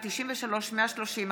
פ/93/23,